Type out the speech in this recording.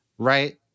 Right